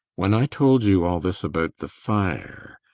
when i told you all this about the fire